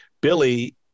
Billy